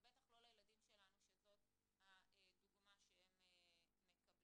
ובטח לא לילדים שלנו שזאת הדוגמה שהם מקבלים.